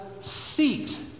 seat